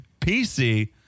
PC